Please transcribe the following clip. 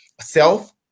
self